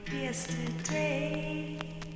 yesterday